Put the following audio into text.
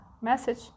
message